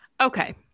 Okay